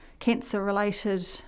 cancer-related